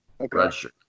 redshirt